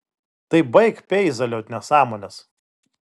tai baik peizaliot nesąmones